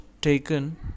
taken